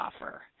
offer